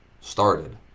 started